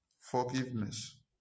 forgiveness